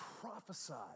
prophesied